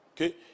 Okay